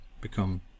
become